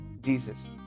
Jesus